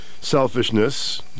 Selfishness